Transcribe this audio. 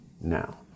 now